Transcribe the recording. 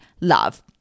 love